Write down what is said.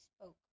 spoke